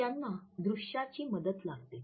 त्यांना दृश्याची मदत लागते